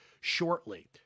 shortly